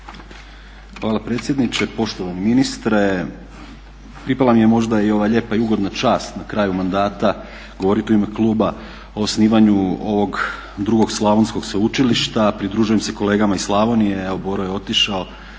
Hvala predsjedniče, poštovani ministre. Pripala mi je možda i ova lijepa i ugodna čast na kraju mandata govoriti u ime kluba o osnivanju ovog drugog slavonskog sveučilišta. Pridružujem se kolegama iz Slavonije, evo Boro je otišao,